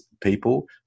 people